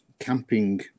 camping